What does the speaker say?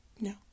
no